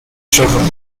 children